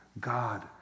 God